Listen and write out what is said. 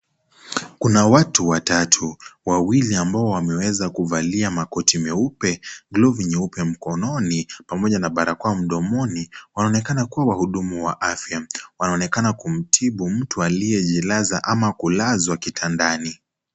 Kuna watu watatu wawili ambao wameweza kuvalia makoti meupe, glovu nyeupe mkononi pamoja na barakoa mdomoni wanaonekana kuwa wahudumu wa afya wanaonekana kumtibu mtu aliyejilaza ama kulazwa kitandani.